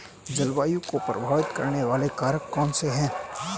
जलवायु को प्रभावित करने वाले कारक कौनसे हैं?